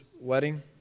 wedding